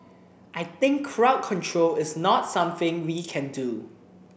I think crowd control is not something we can do